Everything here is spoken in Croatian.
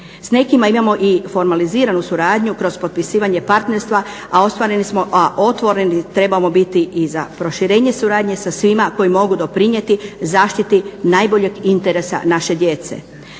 S nekima imao i formaliziranu suradnju kroz potpisivanje partnerstva, a otvoreni trebamo biti i za proširenje suradnje sa svima koji mogu doprinijeti zaštiti najboljeg interesa naše djece.